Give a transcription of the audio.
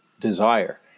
desire